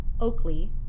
Oakley